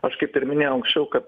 aš kaip ir minėjau ankščiau kad